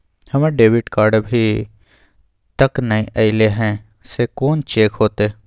हमर debit card अभी तकल नय अयले हैं, से कोन चेक होतै?